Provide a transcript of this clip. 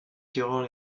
durant